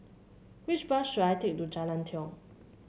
which bus should I take to Jalan Tiong